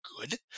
good